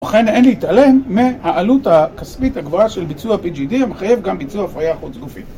ובכן אין להתעלם מהעלות הכספית הגבוהה של ביצוע PGDM, המחייב גם ביצוע הפריה חוץ גופי.